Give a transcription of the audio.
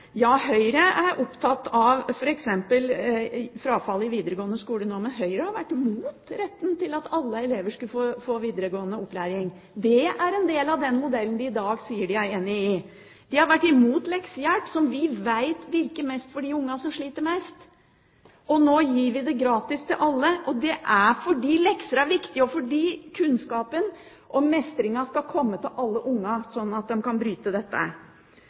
Høyre: Høyre er opptatt av f.eks. frafall i videregående skole. Men Høyre har vært imot at alle elever skulle ha rett til å få videregående opplæring. Det er en modell de i dag sier at de er enig i. De har vært imot leksehjelp, som vi vet virker mest for de ungene som sliter mest. Nå gir vi det gratis til alle, for lekser er viktig, slik at kunnskap og mestring skal komme til alle